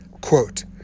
Quote